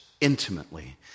intimately